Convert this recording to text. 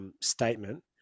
Statement